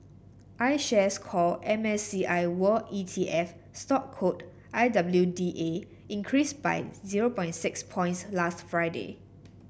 IShares Core M S C I World E T F stock code I W D A increased by zero point six points last Friday